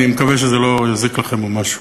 אני מקווה שזה לא יזיק לכם או משהו.